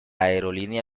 aerolínea